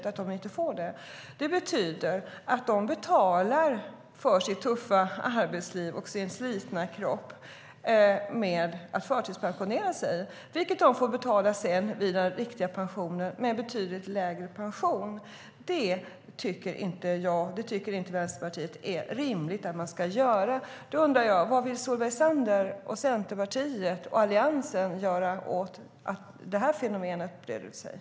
Nu får de inte det. Jag undrar därför vad Solveig Zander, Centerpartiet och Alliansen vill göra åt att det här fenomenet breder ut sig.